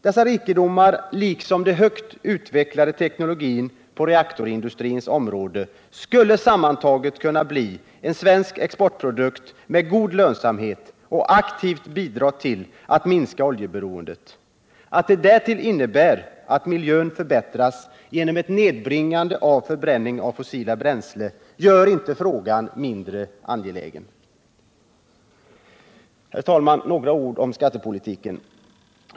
Dessa rikedomar liksom den högt utvecklade teknologin på reaktorindustrins område skulle sammantaget kunna bli en svensk exportprodukt med god lönsamhet som aktivt skulle kunna bidra till att minska oljeberoendet. Att detta därtill skulle innebära att miljön förbättrades genom nedbringandet av förbränningen av fossila bränslen gör ju inte frågan mindre angelägen. Herr talman! Jag vill också säga några ord om skattepolitiken.